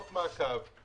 מעקב.